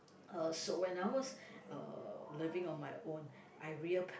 uh so when I was uh living on my own I